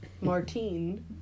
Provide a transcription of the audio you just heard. Martine